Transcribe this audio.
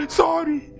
sorry